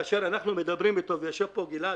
כאשר אנחנו מדברים איתו ויושב פה גלעד,